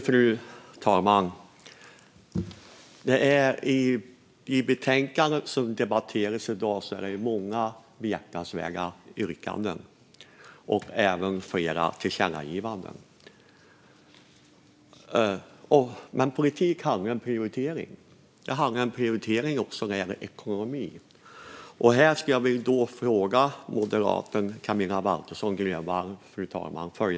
Fru talman! I betänkandet som debatteras i dag finns många behjärtansvärda yrkanden och även flera tillkännagivanden. Men politik handlar om prioritering. Det handlar om prioritering också när det gäller ekonomi. Här skulle jag vilja ställa en fråga till moderaten Camilla Waltersson Grönvall.